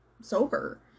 sober